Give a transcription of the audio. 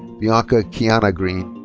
bianca kiyanna green.